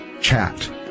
chat